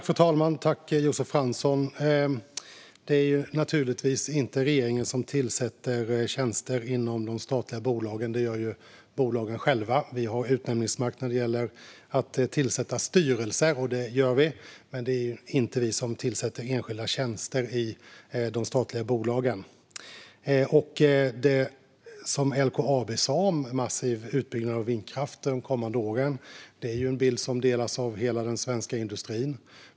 Fru talman! Det är naturligtvis inte regeringen som tillsätter tjänster inom de statliga bolagen. Det gör bolagen själva. Vi har utnämningsmakt när det gäller att tillsätta styrelser, och det gör vi, men det är inte vi som tillsätter enskilda tjänster i de statliga bolagen. Det som LKAB sa om en massiv utbyggnad av vindkraft de kommande åren är en bild som delas av hela den svenska industrin.